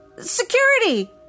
Security